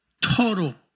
Total